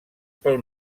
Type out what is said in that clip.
pel